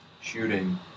shooting